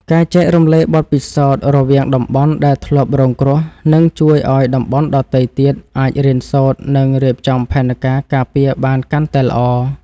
ការចែករំលែកបទពិសោធន៍រវាងតំបន់ដែលធ្លាប់រងគ្រោះនឹងជួយឱ្យតំបន់ដទៃទៀតអាចរៀនសូត្រ និងរៀបចំផែនការការពារបានកាន់តែល្អ។